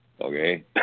okay